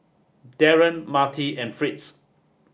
Darren Marty and Fritz